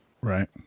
Right